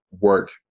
work